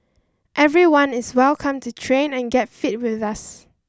everyone is welcome to train and get fit with us